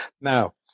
Now